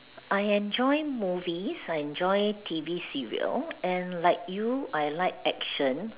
I enjoy movies I enjoy T_V serials and like you I like action